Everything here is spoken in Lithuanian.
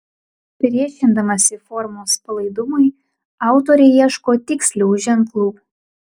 priešindamasi formos palaidumui autorė ieško tikslių ženklų